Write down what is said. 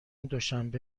دوشنبه